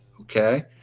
Okay